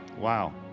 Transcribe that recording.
Wow